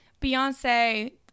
Beyonce